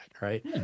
Right